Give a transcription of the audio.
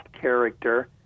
character